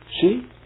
See